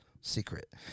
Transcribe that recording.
Secret